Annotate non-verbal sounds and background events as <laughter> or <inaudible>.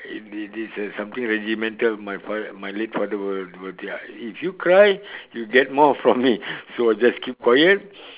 it it is a something regimental my father my late father will will be ya if you cry you get more from <laughs> me so you just keep quiet